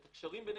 את הקשרים ביניהם.